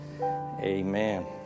Amen